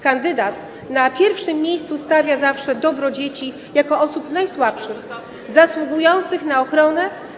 Kandydat na pierwszym miejscu stawia zawsze dobro dzieci jako osób najsłabszych, zasługujących na ochronę.